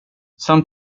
some